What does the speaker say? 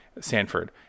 Sanford